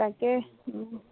তাকে